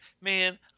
man